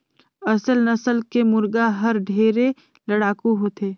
असेल नसल के मुरगा हर ढेरे लड़ाकू होथे